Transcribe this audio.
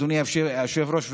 אדוני היושב-ראש,